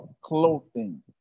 clothing